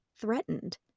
threatened